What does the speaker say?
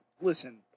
listen